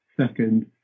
second